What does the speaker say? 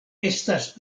estas